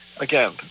Again